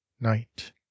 night